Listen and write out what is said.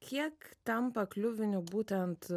kiek tampa kliuviniu būtent